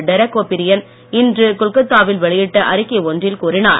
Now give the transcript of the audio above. Derek O'Brien இன்று கொல்கொத்தாவில் வெளியிட்ட அறிக்கை ஒன்றில் கூறினார்